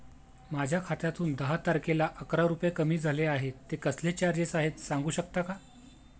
माझ्या खात्यातून दहा तारखेला अकरा रुपये कमी झाले आहेत ते कसले चार्जेस आहेत सांगू शकता का?